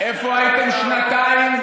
איפה הייתם שנתיים?